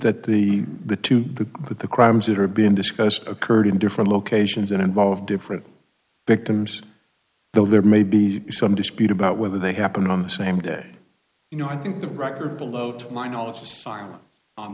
that the the two the that the crimes that are being discussed occurred in different locations that involve different victims though there may be some dispute about whether they happened on the same day you know i think the record below to my knowledge o